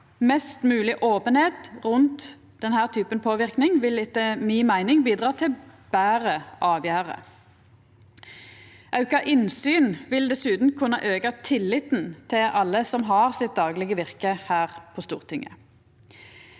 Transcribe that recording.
Mest mogleg openheit rundt denne typen påverknad vil etter mi meining bidra til betre avgjerder. Auka grad av innsyn vil dessutan kunne auka tilliten til alle som har sitt daglege virke her på Stortinget.